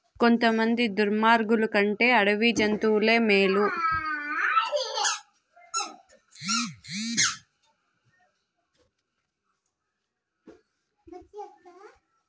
కొంతమంది దుర్మార్గులు కంటే అడవి జంతువులే మేలు